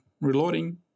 reloading